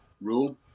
rule